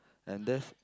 and there's